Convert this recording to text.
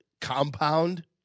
compound